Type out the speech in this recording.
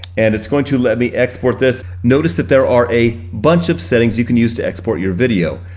and it's going to let me export this. notice that there are a bunch of settings you can use to export your video.